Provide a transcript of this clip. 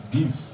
Give